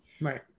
right